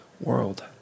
world